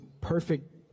perfect